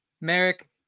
Merrick